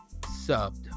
subbed